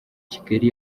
kigali